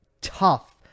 Tough